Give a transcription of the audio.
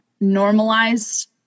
normalized